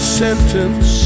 sentence